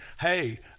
hey